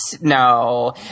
No